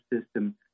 system